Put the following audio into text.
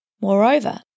Moreover